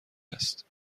است